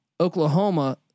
Oklahoma